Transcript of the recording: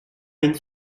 une